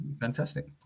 Fantastic